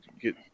get